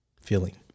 feeling